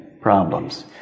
problems